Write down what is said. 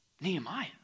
Nehemiah